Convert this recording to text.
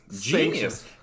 Genius